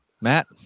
matt